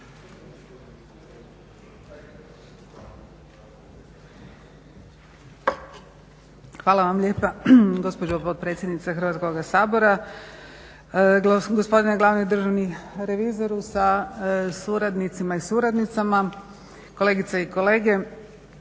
Hvala vam lijepa gospođo potpredsjednice Hrvatskoga sabora, gospodine glavni državni revizoru sa suradnicima i suradnicama, kolegice i kolege.